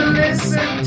listen